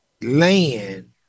land